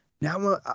now